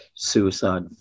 suicide